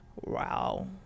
Wow